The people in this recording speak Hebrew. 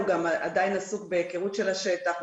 הוא עדיין עסוק בהיכרות של השטח,